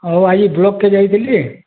ଆଉ ଆଜି ବ୍ଲକ୍କେ ଯାଇଥିଲି